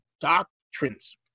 doctrines